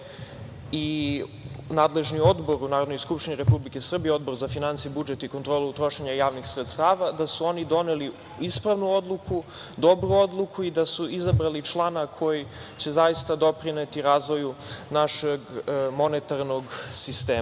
i nadležni odbor u Skupštini Srbije, Odbor za finansije, budžet i kontrolu trošenja javnih sredstava doneli ispravnu, dobru odluku i da su izabrali člana koji će zaista doprineti razvoju našeg monetarnog sistema.